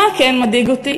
מה כן מדאיג אותי?